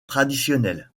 traditionnelles